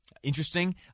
Interesting